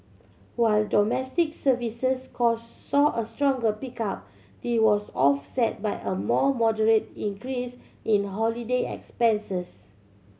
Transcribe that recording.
while domestic services cost saw a stronger pickup the was offset by a more moderate increase in holiday expenses